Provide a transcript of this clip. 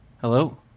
Hello